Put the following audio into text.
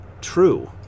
true